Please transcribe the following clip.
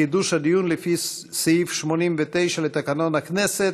חידוש הדיון לפי סעיף 89 לתקנון הכנסת.